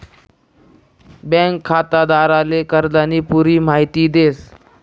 bank खातेदारले कर्जानी पुरी माहिती देस